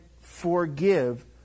forgive